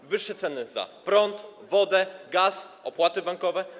To wyższe ceny za prąd, wodę, gaz, opłaty bankowe.